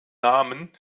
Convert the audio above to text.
namen